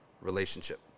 relationship